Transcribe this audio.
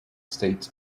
states